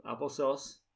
applesauce